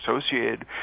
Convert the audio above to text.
associated